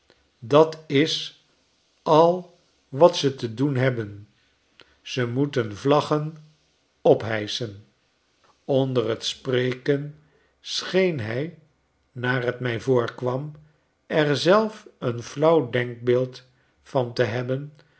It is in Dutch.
dat's al wat ze te doen hebben zij moeten vlaggen ophijschen onder t spreken scheen hij naar t mij voorkwam er zelf een flauw denkbeeld van te hebben